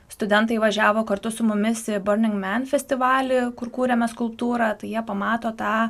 studentai važiavo kartu su mumis į burning man festivalį kur kurėme skulptūrą jie pamato tą